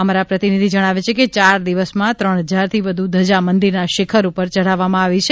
અમારા પ્રતિનિધિ જણાવે છે યાર દિવસમાં ત્રણ હજારથી વધુ ધજા મંદિરના શિખર ઉપર યઢાવવામાં આવી છે